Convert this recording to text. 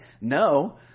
no